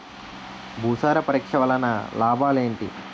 భూసార పరీక్ష వలన లాభాలు ఏంటి?